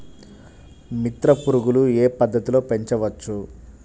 మిత్ర పురుగులు ఏ పద్దతిలో పెంచవచ్చు?